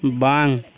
ᱵᱟᱝ